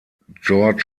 george